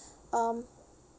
um